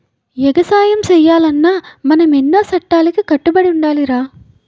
ఎగసాయం సెయ్యాలన్నా మనం ఎన్నో సట్టాలకి కట్టుబడి ఉండాలిరా